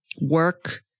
work